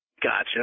Gotcha